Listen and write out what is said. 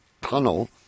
tunnel